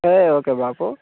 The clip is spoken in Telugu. హే ఓకే బాపు